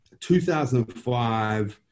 2005